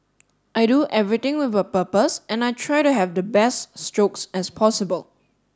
I do everything with a purpose and I try to have the best strokes as possible